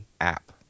app